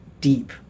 deep